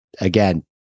again